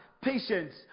patience